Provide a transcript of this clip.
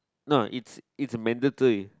no it's it's a mandatory